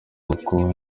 uko